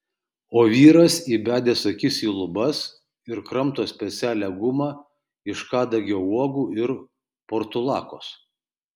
o vyras įbedęs akis į lubas ir kramto specialią gumą iš kadagio uogų ir portulakos